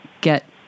get